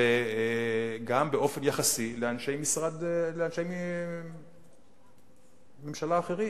וגם באופן יחסי לאנשי ממשלה אחרים,